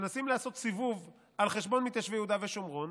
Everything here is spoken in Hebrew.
כשמנסים לעשות סיבוב על חשבון מתיישבי יהודה ושומרון,